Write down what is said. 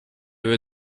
were